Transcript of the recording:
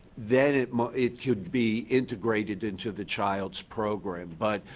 then it could be integrated into the child's program. but,